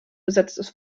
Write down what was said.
besetztes